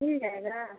मिल जाएगा